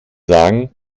sagen